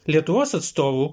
lietuvos atstovų